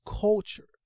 culture